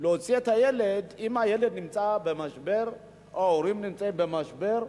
להוציא את הילד אם הילד נמצא במשבר או שההורים נמצאים במשבר.